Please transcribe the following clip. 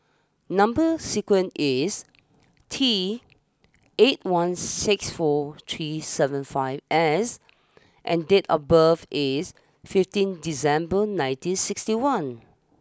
number sequence is T eight one six four three seven five S and date of birth is fifteen December nineteen sixty one